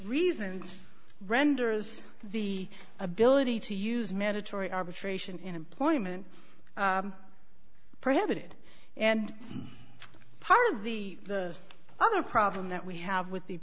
reasons renders the ability to use mandatory arbitration in employment prohibited and part of the the other problem that we have with the